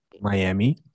Miami